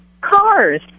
Cars